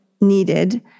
needed